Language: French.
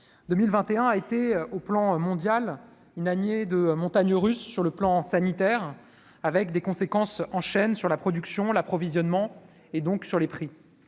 2021 a été au plan mondial, une année de montagnes russes sur le plan sanitaire avec des conséquences en chaîne sur la production, l'approvisionnement, et donc sur les prix,